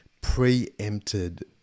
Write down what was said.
preempted